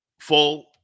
full